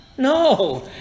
No